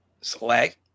select